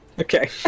Okay